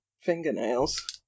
fingernails